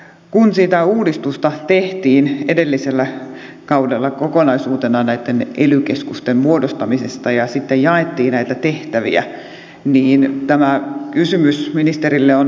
kun sitä uudistusta tehtiin edellisellä kaudella kokonaisuutena näitten ely keskusten muodostamisesta ja sitten jaettiin näitä tehtäviä niin tämä kysymys ministerille on